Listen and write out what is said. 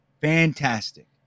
fantastic